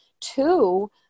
Two